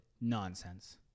Nonsense